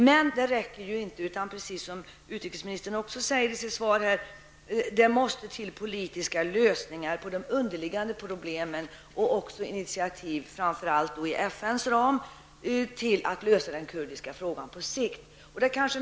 Men det räcker inte, utan precis som utrikesministern säger i sitt svar måste det till politiska lösningar på de underliggande problemen och initiativ, framför allt inom FNs ram, för att lösa den kurdiska frågan på sikt.